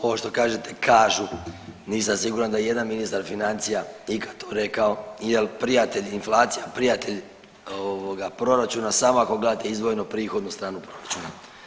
Ovo što kažete kažu nisam siguran da ijedan ministar financija ikad to rekao jel prijatelj inflacija prijatelj proračuna samo ako gledate izdvojenu prihodnu stranu proračuna.